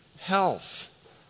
health